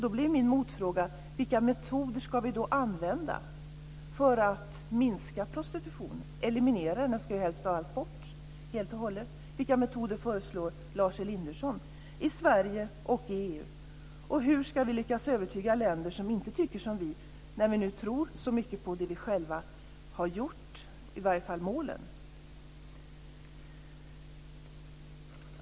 Då blir min motfråga: Vilka metoder ska vi då använda för att minska prostitutionen, för att eliminera den? Den ska ju helst av allt bort helt och hållet. Vilka metoder föreslår Lars Elinderson i Sverige och i EU? Och hur ska vi lyckas övertyga länder som inte tycker som vi när vi nu tror så mycket på det som vi själva har gjort, i alla fall målen?